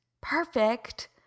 perfect